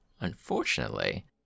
Unfortunately